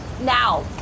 Now